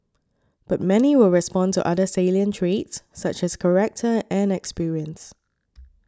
but many will respond to other salient traits such as character and experience